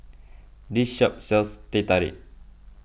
this shop sells Teh Tarik